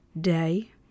day